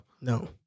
No